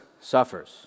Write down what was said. suffers